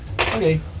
Okay